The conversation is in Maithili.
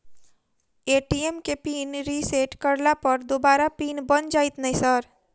ए.टी.एम केँ पिन रिसेट करला पर दोबारा पिन बन जाइत नै सर?